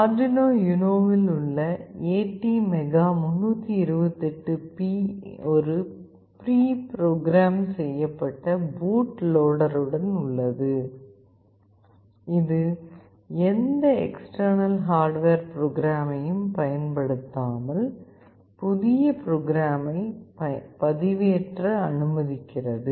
Arduino Uno இல் உள்ள ATmega328P ஒரு பிரிப்ரோக்ராம் செய்யப்பட்ட பூட் லோடருடன் உள்ளது இது எந்த எக்ஸ்டெர்னல் ஹார்டுவேர் புரோகிராமரையும் பயன்படுத்தாமல் புதிய ப்ரோக்ராமை பதிவேற்ற அனுமதிக்கிறது